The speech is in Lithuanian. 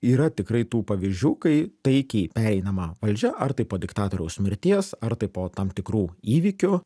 yra tikrai tų pavyzdžių kai taikiai pereinama valdžia ar tai po diktatoriaus mirties ar tai po tam tikrų įvykių